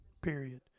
period